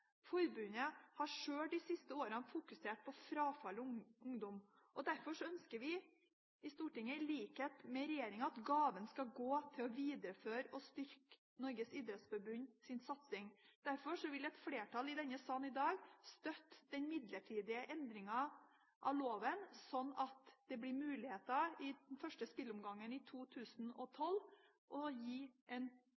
Forbundet har sjøl de siste årene fokusert på frafall av ungdom. Derfor ønsker vi i Stortinget i likhet med regjeringen at gaven skal gå til å videreføre og styrke Norges idrettsforbunds satsing på ungdom. Derfor vil flertallet i denne sal at vi i dag støtter den midlertidige endringen av loven, slik at det blir mulighet til i den første spillomgangen i